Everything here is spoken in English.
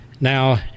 Now